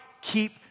keep